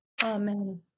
amen